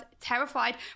terrified